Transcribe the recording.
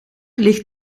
ligt